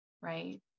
right